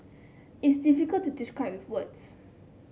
it's difficult to describe with words